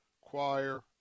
choir